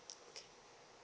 okay